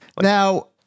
now